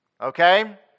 okay